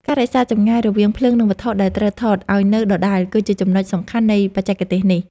ការរក្សាចម្ងាយរវាងភ្លើង និង វត្ថុដែលត្រូវថតឱ្យនៅដដែលគឺជាចំណុចសំខាន់នៃបច្ចេកទេសនេះ។